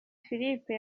philippe